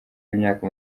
y’imyaka